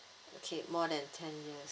okay more than ten years